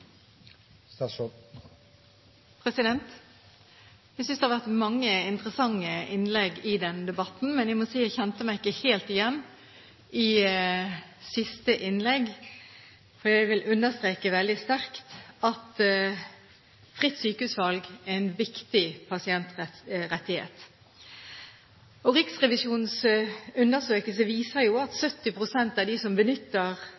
Jeg synes det har vært mange interessante innlegg i denne debatten, men jeg må si at jeg ikke kjente meg helt igjen i siste innlegg. For jeg vil understreke veldig sterkt at fritt sykehusvalg er en viktig pasientrettighet. Riksrevisjonens undersøkelser viser jo også at 70 pst. av dem som